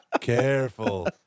Careful